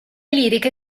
liriche